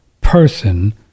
person